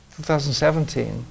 2017